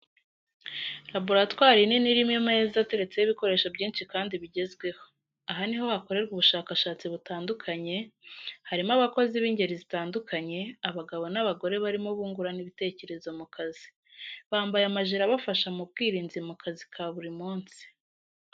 Laboratwari nini irimo ameza ateretseho ibikoresho byinshi kandi bigezweho. aha niho hakorerwa ubushakashatsi butandukanye, harimo abakozi b'ingeri zitandukanye, abagabo n'abagore barimo bungurana ibitekerezo mu kazi. Bambaye amajire abafasha mu bwirinzi mu kazi ka buri munsi.